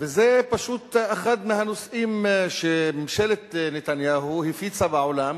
זה פשוט אחד מהנושאים שממשלת נתניהו הפיצה בעולם